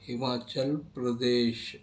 Himachal Pradesh